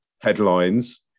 headlines